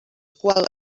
qual